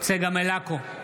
צגה מלקו,